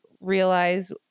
realize